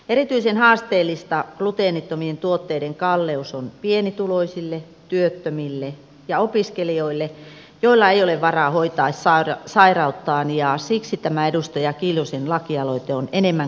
erityisen haasteellista gluteenittomien tuotteiden kalleus on pienituloisille työttömille ja opiskelijoille joilla ei ole varaa hoitaa sairauttaan ja siksi tämä edustaja kiljusen lakialoite on enemmän kuin paikallaan